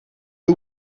who